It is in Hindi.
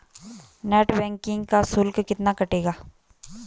नेट बैंकिंग का शुल्क कितना कटेगा?